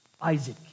Isaac